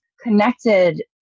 connected